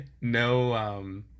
no